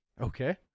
Okay